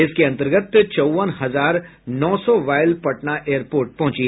इसके अंतर्गत चौवन हजार नौ सौ वाइल पटना एयरपोर्ट पहुंची